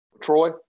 Troy